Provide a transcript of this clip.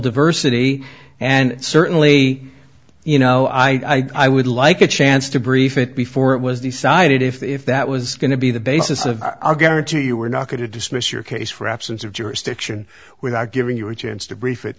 diversity and certainly you know i would like a chance to brief it before it was decided if that was going to be the basis of i'll guarantee you we're not going to dismiss your case for absence of jurisdiction without giving you a chance to brief